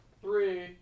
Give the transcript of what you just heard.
three